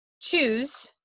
choose